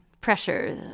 pressure